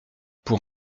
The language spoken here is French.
pour